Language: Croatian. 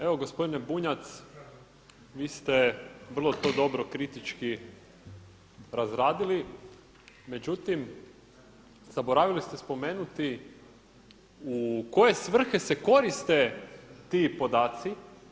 Evo gospodine Bunjac, vi ste vrlo to dobro kritički razradili, međutim, zaboravili ste spomenuti u koje svrhe se koriste ti podaci.